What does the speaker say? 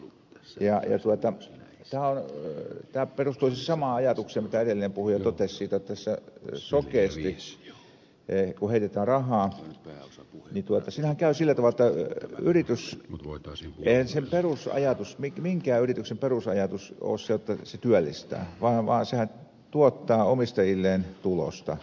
tämähän perustuu siis samaan ajatukseen mitä edellinen puhuja totesi siitä että tässä kun sokeasti heitetään rahaa niin siinähän käy sillä tavalla että ei minkään yrityksen perusajatus ole se että se työllistää vaan sehän tuottaa omistajilleen tulosta voittoa